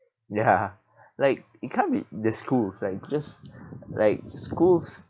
ya like it can't be the schools like just like schools